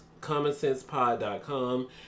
commonsensepod.com